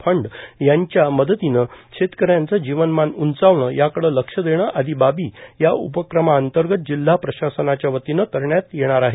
fund यांच्या मदतीनं शेतकऱ्यांचे जीवनमान उंचावणे याकडे लक्ष देणे आदी बाबी या उपक्रमांतर्गत जिल्हा प्रशासनाच्या वतीनं करण्यात येणार आहेत